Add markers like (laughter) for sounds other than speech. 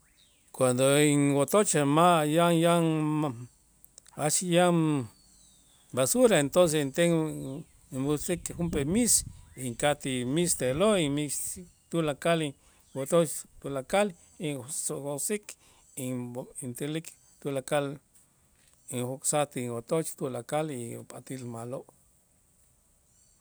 Cuando inwotoch ma' yan yan (noise) jach yan basura entonces inten (unintelligible) musik' junp'ee miis ink'atij miis te'lo' y miis tulakal y wotoch tulakal intzo'otzik inb'o intulik tulakal injok'saj tinwotoch tulakal y pat'äl ma'lo'.